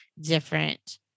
different